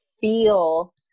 feel